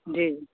जी